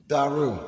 Daru